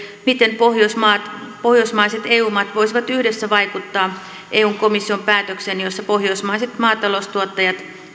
miten pohjoismaiset eu maat voisivat yhdessä vaikuttaa eun komission päätökseen jossa pohjoismaiset maataloustuottajat